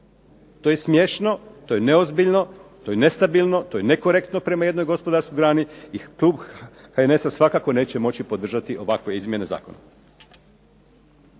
To je smiješno, to je neozbiljno, to je nestabilno, to je nekorektno prema jednoj gospodarskoj grani i klub HNS-a svakako neće moći podržati ovakve izmjene zakona.